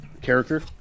character